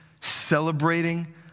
celebrating